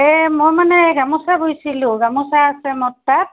এই মই মানে গামোচা বৈছিলোঁ গামোচা আছে মোৰ তাত